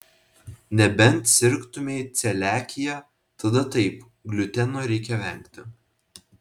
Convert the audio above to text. nebent sirgtumei celiakija tada taip gliuteno reikia vengti